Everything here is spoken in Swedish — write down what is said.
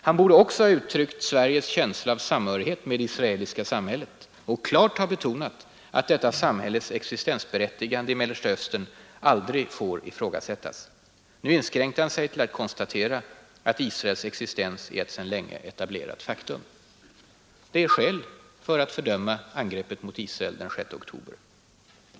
Han borde också ha uttryckt Sveriges känsla av samhörighet med det israeliska samhället och klart ha betonat, att detta samhälles existensberättigande i Mellersta Östern aldrig får ifrågasättas. Nu inskränkte han sig till att konstatera, att Israels existens är ett sedan länge etablerat faktum.” Det finns alltså skäl för att fördöma angreppet mot Israel den 6 oktober.